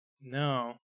No